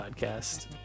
Podcast